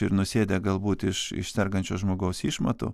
ir nusėdę galbūt iš iš sergančio žmogaus išmatų